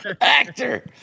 Actor